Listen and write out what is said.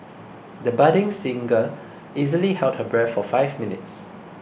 the budding singer easily held her breath for five minutes